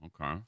Okay